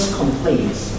complaints